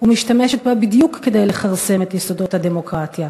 ומשתמשת בה בדיוק כדי לכרסם את יסודות הדמוקרטיה.